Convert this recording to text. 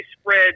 spread